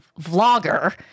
vlogger